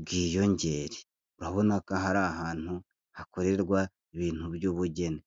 bwiyongere, urabona ko aha ari ahantu hakorerwa ibintu by'ubugeni.